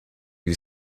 you